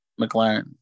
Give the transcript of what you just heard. McLaren